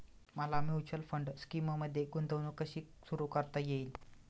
मला mutual fund स्कीममध्ये गुंतवणूक कशी सुरू करता येईल?